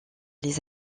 les